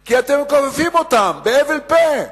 כי אתם מכופפים אותם בהבל פה.